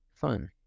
fun